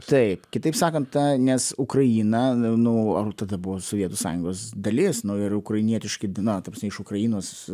taip kitaip sakant tą nes ukraina nu tada buvo sovietų sąjungos dalis nu ir ukrainietiški na ta prasme iš ukrainos